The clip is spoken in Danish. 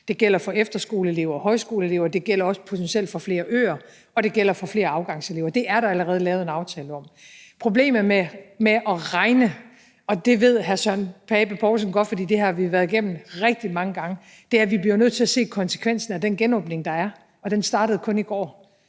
Det gælder for efterskoleelever og højskoleelever, og det gælder potentielt også for flere øer, og det gælder for flere afgangselever. Det er der allerede lavet en aftale om. Problemet med at regne – og det ved hr. Søren Pape Poulsen godt, for det har vi været igennem rigtig mange gange – er, at vi bliver nødt til at se, hvad konsekvensen er af den genåbning, der er i gang, og den startede først i går.